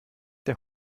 der